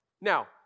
Now